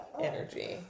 energy